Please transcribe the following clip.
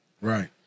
Right